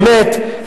באמת,